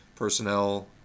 personnel